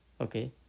Okay